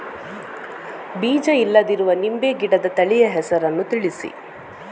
ಬೀಜ ಇಲ್ಲದಿರುವ ನಿಂಬೆ ಗಿಡದ ತಳಿಯ ಹೆಸರನ್ನು ತಿಳಿಸಿ?